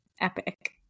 epic